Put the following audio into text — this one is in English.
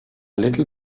little